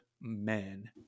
men